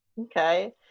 Okay